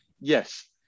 Yes